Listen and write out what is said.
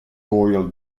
royal